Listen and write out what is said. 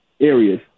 areas